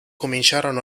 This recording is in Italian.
cominciarono